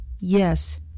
Yes